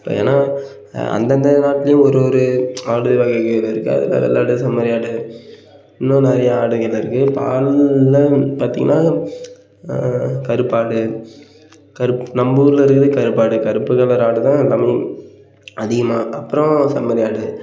இப்போ ஏன்னால் அந்தந்த நாட்லையும் ஒரு ஒரு ஆடு வகைகள் இருக்குது அதில் வெள்ளாடு செம்மறி ஆடு இன்னும் நிறையா ஆடுகள் இருக்குது இப்போ ஆடுங்களில் பார்த்திங்கன்னா கருப்பாடு கருப்பு நம்ப ஊரில் இருக்கிறது கருப்பாடு கருப்பு கலர் ஆடு தான் அதிகமாக அப்புறம் செம்மறி ஆடு